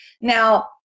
Now